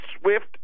Swift